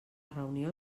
reunió